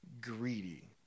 greedy